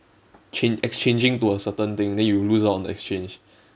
chan~ exchanging to a certain thing then you lose out on the exchange